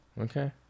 Okay